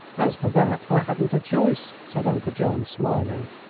as for that, i hadn't a choice, said uncle john, smiling.